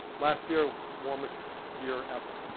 last year, warmest year ever.